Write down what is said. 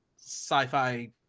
sci-fi